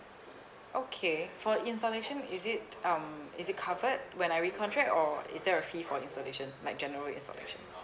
okay for installation is it um is it covered when I recontract or is there a fee for installation like general installation